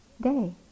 day